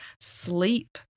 sleep